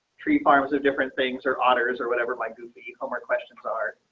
tree farms of different things or otters or whatever my goofy homer questions are,